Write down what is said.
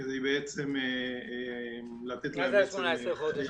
כדי לתת להם- -- מה זה ה-18 חודש?